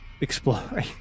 exploring